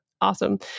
Awesome